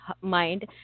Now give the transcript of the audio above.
mind